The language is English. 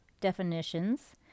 definitions